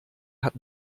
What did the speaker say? hat